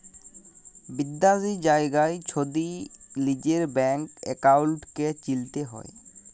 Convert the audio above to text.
বিদ্যাশি জায়গার যদি লিজের ব্যাংক একাউল্টকে চিলতে হ্যয়